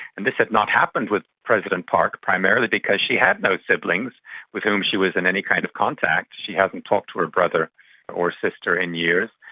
and this had not happened with president park, primarily because she had no siblings with whom she was in any kind of contact, she hadn't talked to her brother or sister in years,